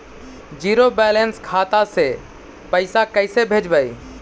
Zero balance खाता से पैसा कैसे भेजबइ?